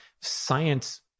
science